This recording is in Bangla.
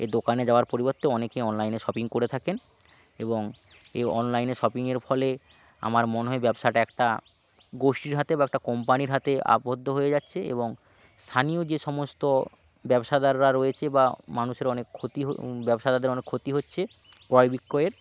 এ দোকানে যাওয়ার পরিবর্তে অনেকেই অনলাইনে শপিং করে থাকেন এবং এই অনলাইনে শপিংয়ের ফলে আমার মনে হয় ব্যবসাটা একটা গোষ্ঠীর হাতে বা একটা কম্পানির হাতে আবদ্ধ হয়ে যাচ্ছে এবং স্থানীয় যে সমস্ত ব্যবসাদাররা রয়েছে বা মানুষের অনেক ক্ষতি ব্যবসাদারদের অনেক ক্ষতি হচ্ছে ক্রয় বিক্রয়ের